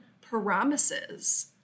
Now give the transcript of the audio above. promises